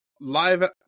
live